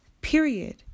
period